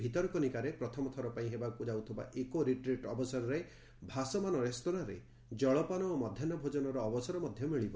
ଭିତରକନିକାରେ ପ୍ରଥମଥର ପାଇଁ ହେବାକୁ ଯାଉଥିବା ଇକୋ ରିଟ୍ରିଟ୍ ଅବସରରେ ଭାସମାନ ରେସ୍ତୋରାଁରେ ଜଳପାନ ଓ ମଧ୍ଧାହ୍ନ ଭୋଜନର ଅବସର ମିଳିବ